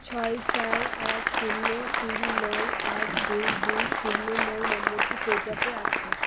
ছয় চার এক শূন্য তিন নয় আট দুই দুই শূন্য নয় নম্বরটি পেজ্যাপে আছে